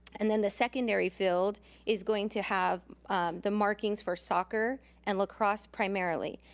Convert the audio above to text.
and then the secondary field is going to have the markings for soccer and lacrosse primarily.